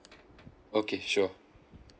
okay sure